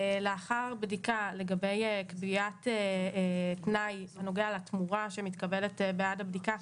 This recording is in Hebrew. לאחר בדיקה לגבי קביעת תנאי בנוגע לתמורה שמתקבלת בעד הבדיקה,